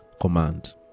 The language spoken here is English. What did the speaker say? command